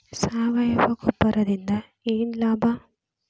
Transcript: ಸಾವಯವ ಗೊಬ್ಬರದಿಂದ ಏನ್ ಲಾಭ?